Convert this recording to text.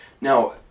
now